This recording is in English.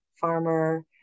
farmer